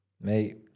Mate